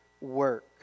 work